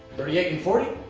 thirty eight and forty,